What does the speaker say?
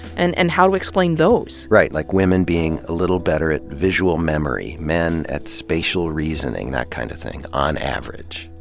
and and how to explain those. yeah, like women being a little better at visual memory, men at spacial reasoning, that kind of thing. on average.